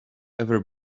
ever